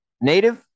native